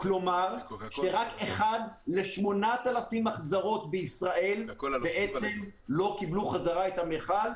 כלומר רק אחד ל-8,000 החזרות בישראל לא קיבלו חזרה את המכל,